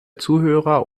zuhörer